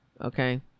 Okay